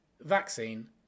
Vaccine